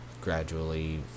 gradually